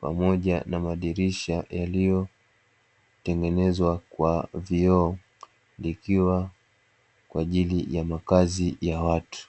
pamoja na madirisha yaliyotengenezwa kwa vioo, likiwa kwa ajili ya makazi ya watu.